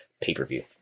pay-per-view